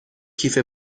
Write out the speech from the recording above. کیف